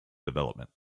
development